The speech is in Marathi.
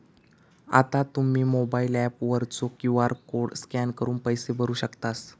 आता तुम्ही मोबाइल ऍप वरचो क्यू.आर कोड स्कॅन करून पैसे भरू शकतास